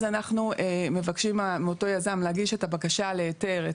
אנחנו מבקשים מאותו יזם להגיש את הבקשה להיתר.